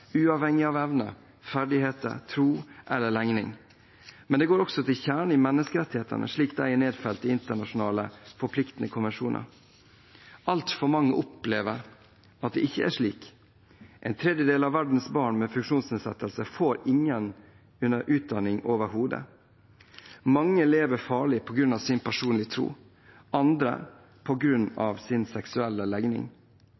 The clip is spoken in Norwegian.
uavhengig av evner, ferdigheter, tro eller legning. Men det går også til kjernen i menneskerettighetene, slik disse er nedfelt i internasjonale, forpliktende konvensjoner. Altfor mange opplever at det ikke er slik. En tredjedel av verdens barn med funksjonsnedsettelser får ingen utdanning overhodet. Mange lever farlig på grunn av sin personlige tro, andre på grunn